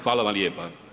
Hvala vam lijepa.